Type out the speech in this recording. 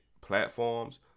platforms